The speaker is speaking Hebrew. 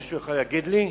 מישהו יכול להגיד לי?